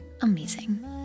amazing